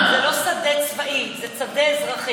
זה לא שדה צבאי, זה שדה אזרחי.